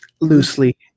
loosely